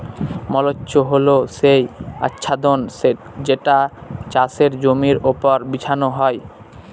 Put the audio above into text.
mulch হল সেই আচ্ছাদন যেটা চাষের জমির ওপর বিছানো হয়